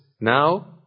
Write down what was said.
now